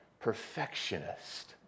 Perfectionist